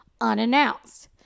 unannounced